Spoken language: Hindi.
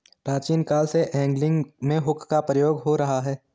प्राचीन काल से एंगलिंग में हुक का प्रयोग हो रहा है